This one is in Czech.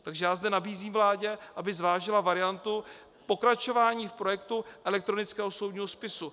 Takže já zde nabízím vládě, aby zvážila variantu pokračování v projektu elektronického soudního spisu.